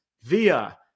via